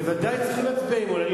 בוודאי, הם צריכים להצביע אמון.